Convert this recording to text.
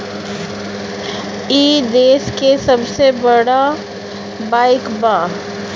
ई देस के सबसे बड़ बईक बा